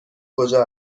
کجا